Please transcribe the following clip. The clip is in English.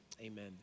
amen